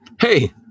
hey